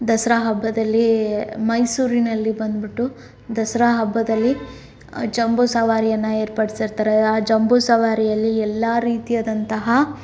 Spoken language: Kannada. ದಸರಾ ಹಬ್ಬದಲ್ಲಿ ಮೈಸೂರಿನಲ್ಲಿ ಬಂದುಬಿಟ್ಟು ದಸರಾ ಹಬ್ಬದಲ್ಲಿ ಜಂಬೂಸವಾರಿಯನ್ನು ಏರ್ಪಡ್ಸಿರ್ತಾರೆ ಆ ಜಂಬೂಸವಾರಿಯಲ್ಲಿ ಎಲ್ಲ ರೀತಿಯಾದಂತಹ